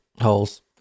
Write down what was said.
holes